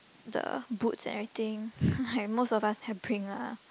the boots and everything most of us have bring lah